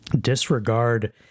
disregard